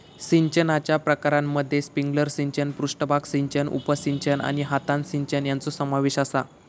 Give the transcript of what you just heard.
सिंचनाच्या प्रकारांमध्ये स्प्रिंकलर सिंचन, पृष्ठभाग सिंचन, उपसिंचन आणि हातान सिंचन यांचो समावेश आसा